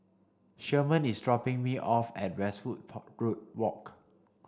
Sherman is dropping me off at Westwood Walk